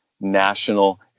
National